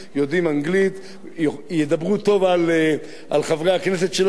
ידברו טוב על חברי הכנסת שלנו, גאלב מג'אדלה.